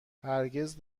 هرگز